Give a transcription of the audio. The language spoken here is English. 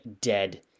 Dead